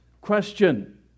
question